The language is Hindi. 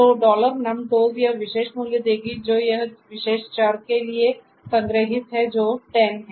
तो num toes यह विशेष मूल्य देगी जो इस विशेष चर के लिए संग्रहीत है जो 10 है